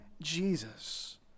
Jesus